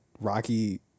Rocky